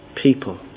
people